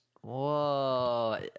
Whoa